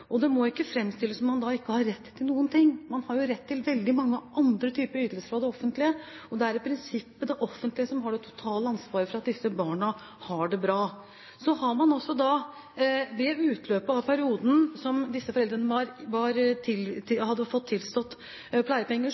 noen ting. Man har rett til veldig mange andre typer ytelser fra det offentlige, og det er i prinsippet det offentlige som har det totale ansvaret for at disse barna har det bra. Ved utløpet av den perioden hvor disse foreldrene hadde fått tilstått pleiepenger, har man lagt til rette for overgangsordninger for at det skulle gå så godt som